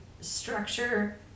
structure